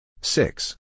Six